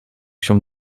się